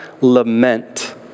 lament